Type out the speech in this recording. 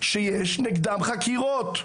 שיש נגדם חקירות.